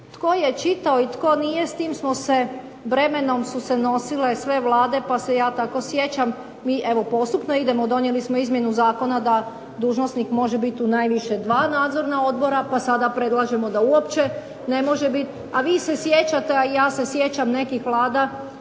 Tko je čitao, i tko nije s tim smo se bremenom su se nosile sve Vlade, pa se ja tako sjećam, mi evo postupno idemo, evo donijeli smo izmjenu Zakona da dužnosnik može biti u najviše dva nadzorna odbora pa sada predlažemo da uopće ne može biti, a vi se sjećate, a ja se sjećam nekih Vlada